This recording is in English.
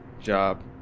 job